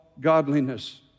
godliness